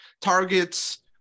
targets